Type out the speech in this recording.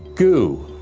goo!